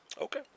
Okay